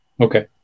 okay